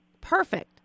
Perfect